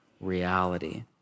reality